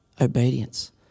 obedience